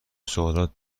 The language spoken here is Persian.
سوالات